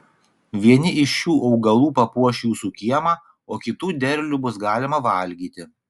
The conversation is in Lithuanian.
vieni iš šių augalų papuoš jūsų kiemą o kitų derlių bus galima valgyti